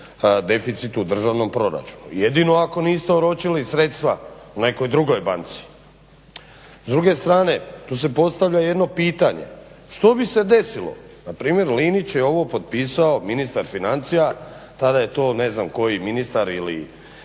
deficit u državnom proračunu. Jedino ako niste oročili sredstva u nekoj drugoj banci. S druge strane tu se postavlja jedno pitanje što bi se desilo, npr. Linić je ovo potpisao ministar financija tada je to ne znam koji ministar ili